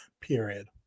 period